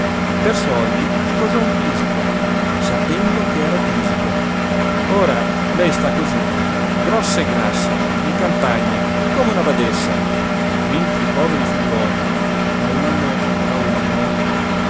per soldi sposò un tisico sapendo ch'era tisico ora lei sta cosí grossa e grassa in campagna come una badessa mentre i poveri figliuoli a uno a uno